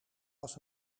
was